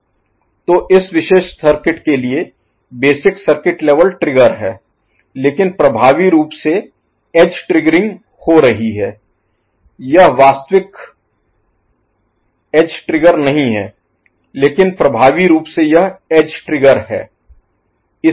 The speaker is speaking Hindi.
तो इस विशेष सर्किट के लिए बेसिक सर्किट लेवल ट्रिगर है लेकिन प्रभावी रूप से एज ट्रिग्गरिंग हो रही है यह वास्तविक एज ट्रिगर नहीं है लेकिन प्रभावी रूप से यह एज ट्रिगर ठीक है